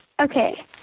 Okay